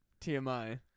TMI